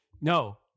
no